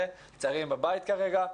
ולצערי הם כרגע בבית,